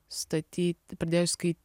staty pradėjus skaity